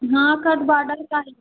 हाँ cut border का ही